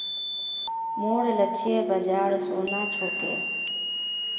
मोर लक्ष्य बाजार सोना छोक